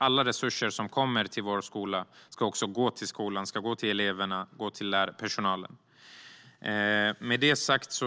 Alla resurser som kommer till vår skola ska också gå till elever, lärare och personal.